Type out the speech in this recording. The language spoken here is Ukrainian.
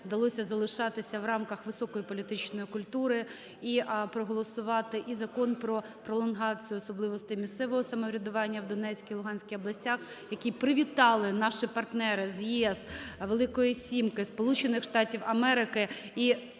вдалося залишатися в рамках високої політичної культури, і проголосувати і Закон про пролонгацію особливостей місцевого самоврядування в Донецькій, Луганській областях, які привітали наші партнери з ЄС, "Великої сімки",